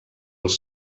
els